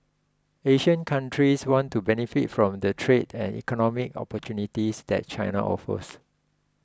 Asian countries want to benefit from the trade and economic opportunities that China offers